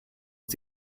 aus